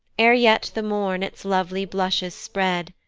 ere yet the morn its lovely blushes spread,